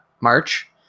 March